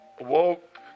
awoke